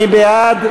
מי בעד?